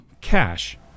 cash